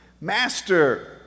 Master